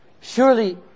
Surely